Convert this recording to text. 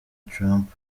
trump